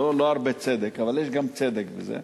לא הרבה צדק, אבל יש גם צדק בזה.